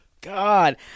God